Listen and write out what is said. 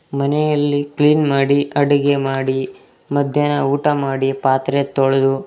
ಮನೆಯಲ್ಲಿ ಕ್ಲೀನ್ ಮಾಡಿ ಅಡುಗೆ ಮಾಡಿ ಮಧ್ಯಾಹ್ನ ಊಟ ಮಾಡಿ ಪಾತ್ರೆ ತೊಳೆದು